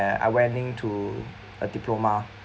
I went in to a diploma